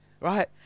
Right